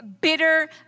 bitter